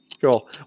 Cool